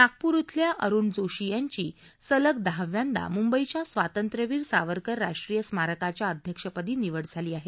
नागपूर छिल्या अरुण जोशी यांची सलग दहाव्यांदामुंबईच्या स्वातंत्र्यवीर सावरकर राष्ट्रीय स्मारकाच्या अध्यक्षपदी निवड झाली आहे